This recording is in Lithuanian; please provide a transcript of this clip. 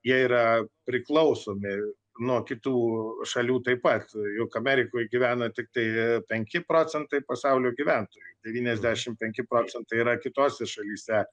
jie yra priklausomi nuo kitų šalių taip pat juk amerikoj gyvena tiktai penki procentai pasaulio gyventojų devyniasdešimt penki procentai yra kitose šalyse